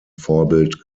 vorbild